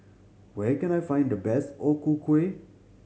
where can I find the best O Ku Kueh